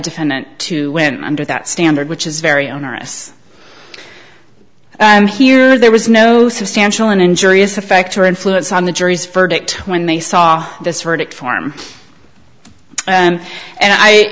defendant to win under that standard which is very onerous and here there was no substantial an injury is a factor influence on the jury's verdict when they saw this verdict form and i